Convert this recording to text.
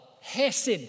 hesed